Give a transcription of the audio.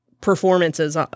performances